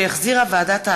שהחזירה ועדת העבודה,